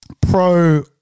pro